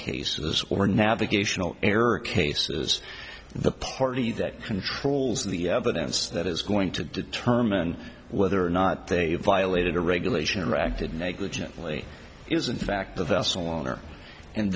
cases or navigational error cases the party that controls the evidence that is going to determine whether or not they violated a regulation or acted negligently is in fact the vessel owner and